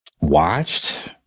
watched